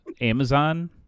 Amazon